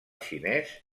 xinès